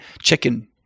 chicken